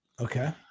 Okay